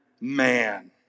man